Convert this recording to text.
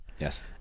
yes